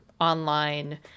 online